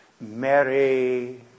Mary